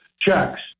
checks